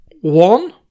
one